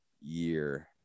year